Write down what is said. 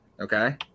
Okay